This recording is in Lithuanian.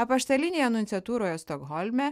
apaštalinėje nunciatūroje stokholme